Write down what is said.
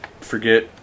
forget